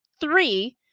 three